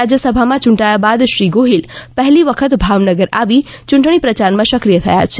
રાજ્યસભા માં યૂંટાયા બાદ શ્રી ગોહિલ પહેલી વખત ભાવનગર આવી ચૂંટણી પ્રચાર માં સક્રિય થયા છે